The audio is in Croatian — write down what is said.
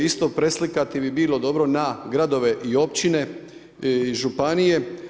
Isto preslikati bi bilo dobro na gradove i općine i županije.